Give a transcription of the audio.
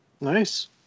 Nice